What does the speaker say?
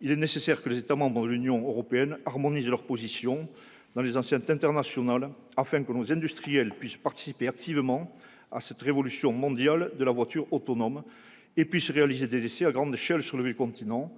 il est nécessaire que les États membres de l'Union européenne harmonisent leurs positions dans les enceintes internationales afin que nos industriels puissent participer activement à cette révolution mondiale de la voiture autonome et réaliser des essais à grande échelle sur le vieux continent.